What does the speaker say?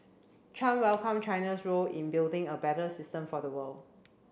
Chan welcomed China's role in building a better system for the world